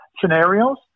scenarios